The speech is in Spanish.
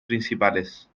principales